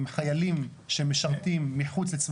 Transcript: אם אתם אנשים ישרים אז על ההסתייגות הזאת תצביעו בעד.